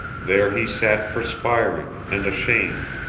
there he sat perspiring and ashamed,